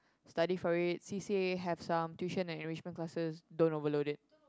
study for it C_C_A have some tuition and enrichment classes don't overload it